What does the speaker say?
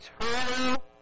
eternal